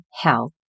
health